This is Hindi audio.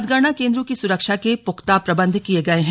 मतगणना केंद्रों की सुरक्षा के पुख्ता प्रबंध किये गये हैं